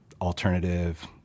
alternative